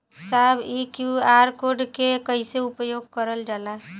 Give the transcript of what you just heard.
साहब इ QR code के कइसे उपयोग करल जाला?